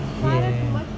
yes